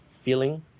feeling